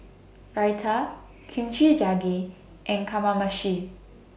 Raita Kimchi Jjigae and Kamameshi